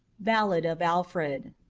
ballad of alfred